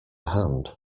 hand